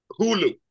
Hulu